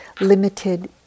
limited